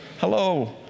hello